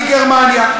מגרמניה,